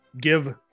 give